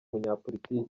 munyapolitiki